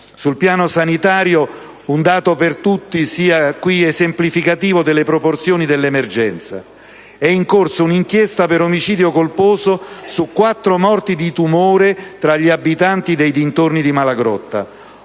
Sul piano sanitario, un dato per tutti è esemplificativo delle proporzioni dell'emergenza: è in corso un'inchiesta per omicidio colposo su quattro morti di tumore tra gli abitanti dei dintorni di Malagrotta.